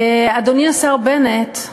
אדוני השר בנט,